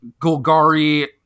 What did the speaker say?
Golgari